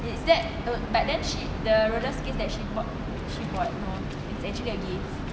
is that a but that she the roller skate that she bought she bought no is actually gift